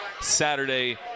Saturday